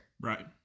Right